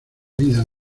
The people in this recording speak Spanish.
vida